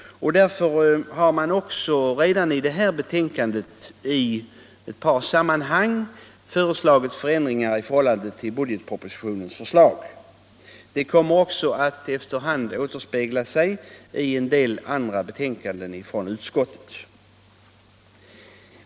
Därför har utskottet i sitt betänkande föreslagit vissa förändringar i förhållande till budgetpropositionen. Det kommer också att efter hand återspegla sig i en del andra betänkanden från utskottet.